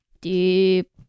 deep